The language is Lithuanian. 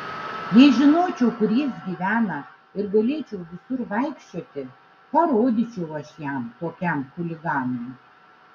jei žinočiau kur jis gyvena ir galėčiau visur vaikščioti parodyčiau aš jam tokiam chuliganui